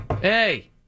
Hey